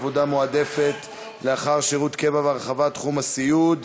עבודה מועדפת לאחר שירות קבע והרחבת תחום הסיעוד),